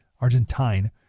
Argentine